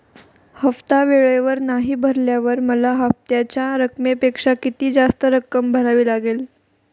हफ्ता वेळेवर नाही भरल्यावर मला हप्त्याच्या रकमेपेक्षा किती जास्त रक्कम भरावी लागेल?